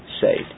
saved